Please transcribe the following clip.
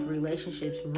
Relationships